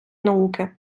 науки